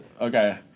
Okay